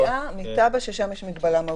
דיברנו על היציאה מטאבה, ששם יש מגבלה מהותית.